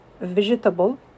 vegetable